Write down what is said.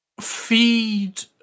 feed